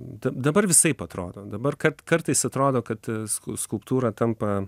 da dabar visaip atrodo dabar kat kartais atrodo kad sku skulptūra tampa